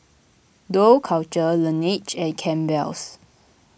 Dough Culture Laneige and Campbell's